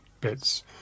bits